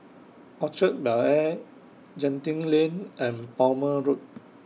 Orchard Bel Air Genting Lane and Palmer Road